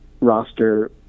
roster